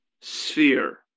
sphere